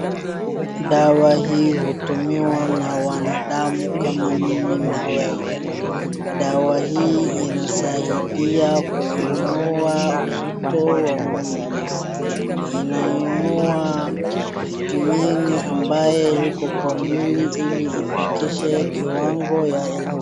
Dawa hii hutumiwa na wanadamu kama mimi na wewe. Dawa hii inasaidia kuinua uzito wa mwili. Inainua vitamini ambaye iko kwa mwili hili ifikishe kiwango ya elfu.